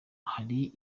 hari